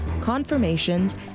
Confirmations